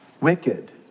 wicked